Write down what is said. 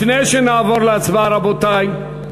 לפני שנעבור להצבעה, רבותי,